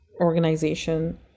organization